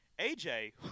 AJ